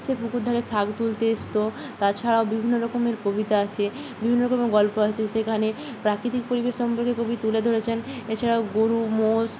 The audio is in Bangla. সে পুকুর ধারে শাক তুলতে আসত তাছাড়াও বিভিন্ন রকমের কবিতা আছে বিভিন্ন রকমের গল্প আছে সেখানে প্রাকৃতিক পরিবেশনগুলি কবি তুলে ধরেছেন এছাড়াও গোরু মোষ